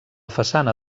façana